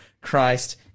Christ